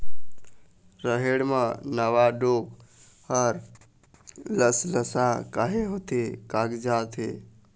रहेड़ म नावा डोंक हर लसलसा काहे होथे कागजात हे?